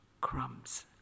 crumbs